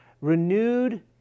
renewed